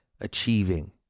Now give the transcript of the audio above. achieving